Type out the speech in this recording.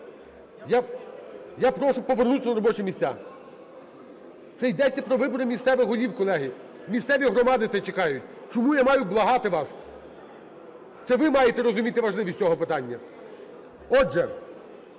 Я прошу повернутись на робочі місця. Це йдеться про вибори місцевих голів, колеги. Місцеві громади це чекають. Чому я маю благати вас? Це ви маєте розуміти важливість цього питання. Отже,